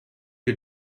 you